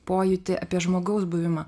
pojūtį apie žmogaus buvimą